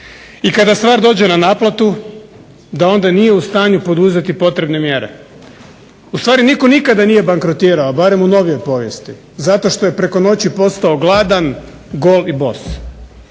I kada stvar dođe na naplatu da onda nije u stanju poduzeti potrebne mjere. Ustvari nitko nikada nije bankrotirao, barem u novijoj povijesti, zato što je preko noći postao gladan, gol i bos,